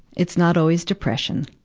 it's not always depression.